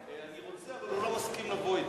אני רוצה, אבל הוא לא מסכים לבוא אתי.